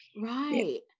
Right